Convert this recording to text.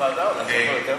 בוועדה יותר טוב.